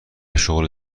شغل